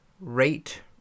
rate